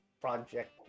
project